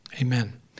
Amen